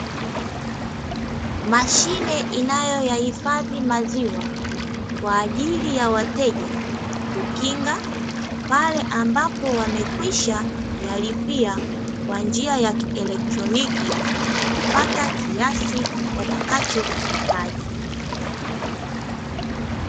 Mashine inayoyahifadhi maziwa kwa ajili ya wateja kukinga, pale ambapo wamekwisha yalipia kwa njia ya kielektroniki na kupata kiasi watakachokihitaji.